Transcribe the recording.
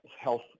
health